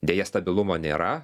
deja stabilumo nėra